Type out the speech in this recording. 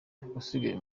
usigaye